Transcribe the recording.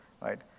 right